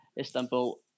Istanbul